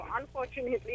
unfortunately